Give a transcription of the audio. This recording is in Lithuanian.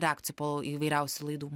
reakcijų po įvairiausių laidų